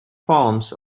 palms